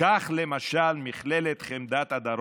קח למשל את מכללת חמדת הדרום,